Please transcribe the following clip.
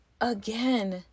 again